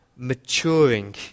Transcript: maturing